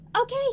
Okay